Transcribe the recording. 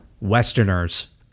westerners